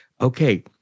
okay